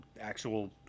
actual